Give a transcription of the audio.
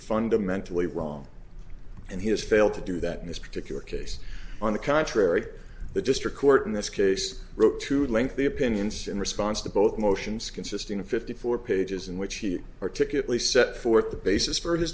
fundamentally wrong and he has failed to do that in this particular case on the contrary the district court in this case wrote to link the opinions in response to both motions consisting of fifty four pages in which he particularly set forth the basis for his